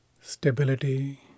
stability